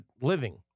living